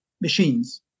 machines